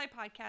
Podcast